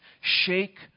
shake